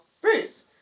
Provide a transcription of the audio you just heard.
Bruce